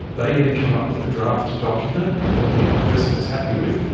they then come up with a draft document that the person is happy with,